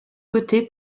côté